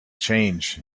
change